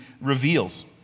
reveals